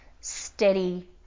steady